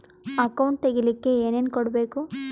Account ತೆಗಿಲಿಕ್ಕೆ ಏನೇನು ಕೊಡಬೇಕು?